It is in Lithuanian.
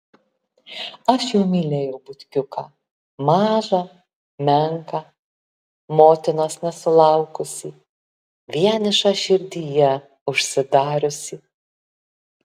aš jau mylėjau butkiuką mažą menką motinos nesulaukusį vienišą širdyje užsidariusį